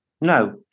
No